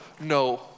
no